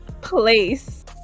place